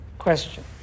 question